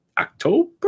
October